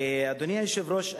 אדוני היושב-ראש,